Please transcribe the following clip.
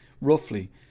roughly